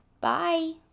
Bye